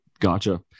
Gotcha